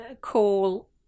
call